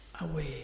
away